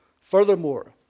Furthermore